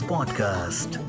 Podcast